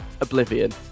oblivion